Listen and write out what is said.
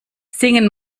singen